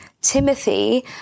Timothy